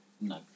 No